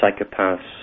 psychopaths